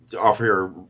offer